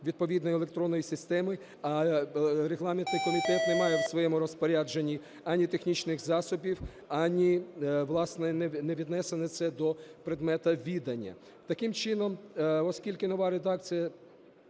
відповідної електронної системи, а регламентний комітет не має в своєму розпорядженні ані технічних засобів, ані, власне, не віднесе це до предмету відання. Таким чином, оскільки нова редакція…